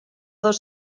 dos